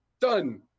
Done